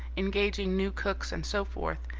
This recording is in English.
engaging new cooks, and so forth,